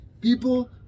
people